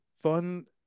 fun